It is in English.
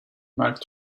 mark